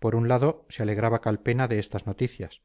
por un lado se alegraba calpena de estas noticias